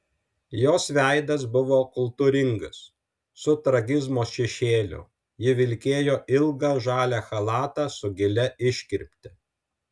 jos veidas buvo kultūringas su tragizmo šešėliu ji vilkėjo ilgą žalią chalatą su gilia iškirpte